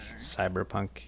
Cyberpunk